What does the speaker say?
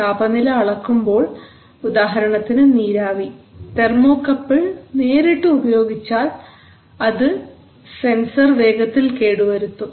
താപനില അളക്കുമ്പോൾ ഉദാഹരണത്തിന് നീരാവി തെർമോകപ്പിൾ നേരിട്ട് ഉപയോഗിച്ചാൽ അത് സെൻസർ വേഗത്തിൽ കേടുവരുത്തും